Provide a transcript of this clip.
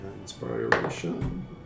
inspiration